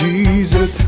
Jesus